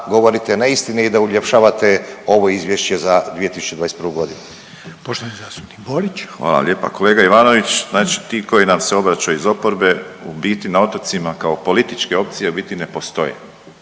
govorite neistine i da uljepšavate ovo Izvješće za 2021. g. **Reiner, Željko (HDZ)** Poštovani zastupnik Borić. **Borić, Josip (HDZ)** Hvala lijepa kolega Ivanović, znači ti koji nam se obraćaju iz oporbe u biti na otocima kao politički opcije u biti ne postoje.